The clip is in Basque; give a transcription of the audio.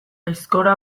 aizkora